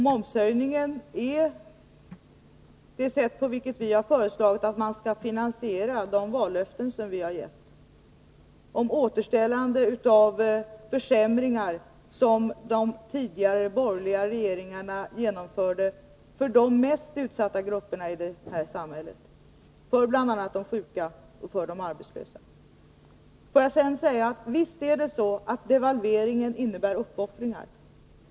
Momshöjningen är det sätt på vilket vi har föreslagit att man skall finansiera de vallöften som vi har givit, dvs. löftena om att upphäva de försämringar som de tidigare — borgerliga — regeringarna genomförde för de mest utsatta grupperna i vårt samhälle, bl.a. de sjuka och de arbetslösa. Visst är det så att devalveringen innebär uppoffringar.